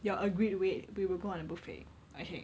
your agreed weight we will go on a buffet okay